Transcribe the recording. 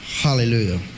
Hallelujah